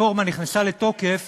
שהרפורמה נכנסה לתוקף